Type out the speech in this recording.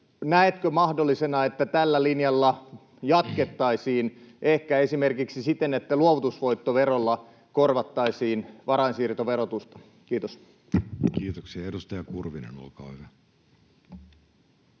näetkö mahdollisena, että tällä linjalla jatkettaisiin, ehkä esimerkiksi siten, että luovutusvoittoverolla korvattaisiin varainsiirtoverotusta? — Kiitos. Kiitoksia. — Edustaja Kurvinen, olkaa hyvä.